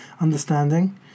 understanding